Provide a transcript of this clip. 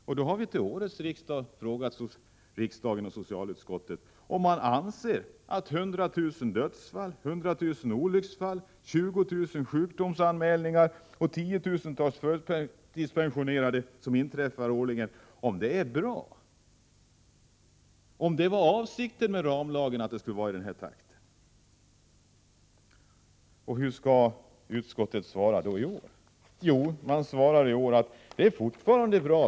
Därför har vi vid årets riksmöte i socialutskottet frågat om man anser att det är ett tillfredsställande läge när det förekommer 100 dödsfall, 100 000 olycksfall, 20 000 sjukdomsanmälningar och tiotusentals förtidspensioneringar årligen. Var det detta som avsågs när man införde ramlagen? Hur svarar då utskottet i år? Jo, man framhåller fortfarande att läget är bra.